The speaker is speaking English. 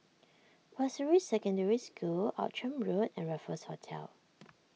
Pasir Ris Secondary School Outram Road and Raffles Hotel